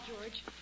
George